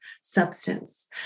substance